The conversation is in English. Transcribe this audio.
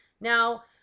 Now